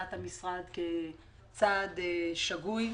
בעמדת המשרד כצעד שגוי,